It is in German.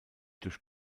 durch